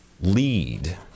lead